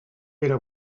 era